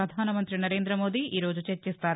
ప్రపధానమంతి నరేంద్రమోదీ ఈరోజు చర్చిస్తారు